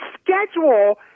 schedule